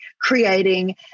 creating